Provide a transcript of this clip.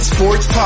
Sports